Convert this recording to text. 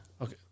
Okay